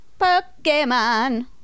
Pokemon